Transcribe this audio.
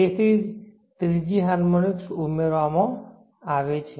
તેથી જ ત્રીજી હાર્મોનિક્સ ઉમેરવામાં આવે છે